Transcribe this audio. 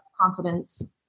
confidence